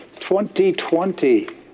2020